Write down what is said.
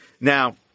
Now